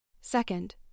Second